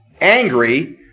angry